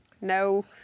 No